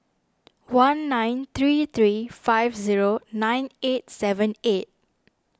one nine three three five zero nine eight seven eight